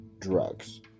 drugs